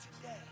today